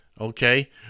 okay